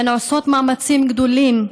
הן עושות מאמצים גדולים,